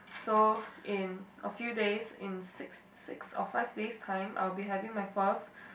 so in a few days in six six or five days time I will be having my first